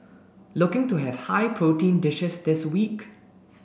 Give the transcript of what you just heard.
looking to have high protein dishes this week